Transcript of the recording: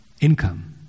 income